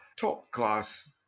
top-class